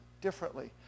differently